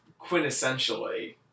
quintessentially